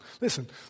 Listen